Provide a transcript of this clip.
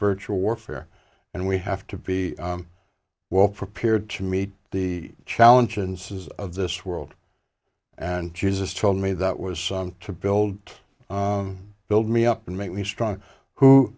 virtual warfare and we have to be well prepared to meet the challenge and says of this world and jesus told me that was to build build me up and make me strong who